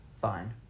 Fine